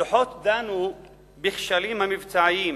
הדוחות דנו בכשלים המבצעיים,